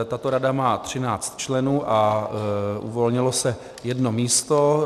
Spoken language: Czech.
Tato rada má 13 členů a uvolnilo se jedno místo.